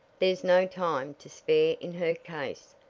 there's no time to spare in her case,